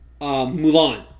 Mulan